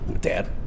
Dad